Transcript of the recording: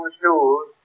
shoes